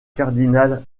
cardinal